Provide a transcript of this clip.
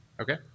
okay